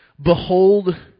behold